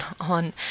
on